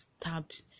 stabbed